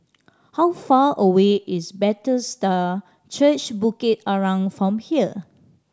how far away is Bethesda Church Bukit Arang from here